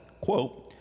quote